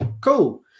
cool